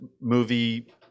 movie